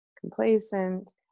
complacent